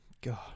god